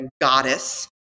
goddess